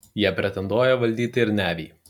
jie pretenduoja valdyti ir nevį